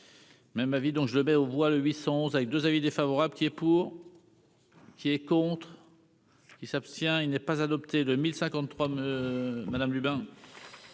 Même avis, donc je le mets aux voix le 811 avec 2 avis défavorables pieds. Pour qui est contre. Qui s'abstient, il n'est pas adopté 2053 me madame Lubin.